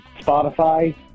Spotify